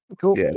Cool